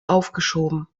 aufgeschoben